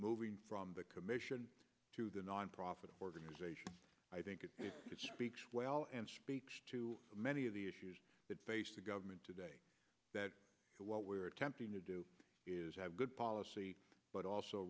moving the commission to the nonprofit organization i think it speaks well and speaks to many of the issues that face the government today that what we are attempting to do is have good policy but also